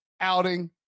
outing